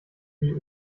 die